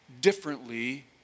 differently